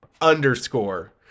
underscore